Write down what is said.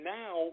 now